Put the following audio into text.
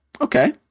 Okay